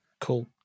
Cool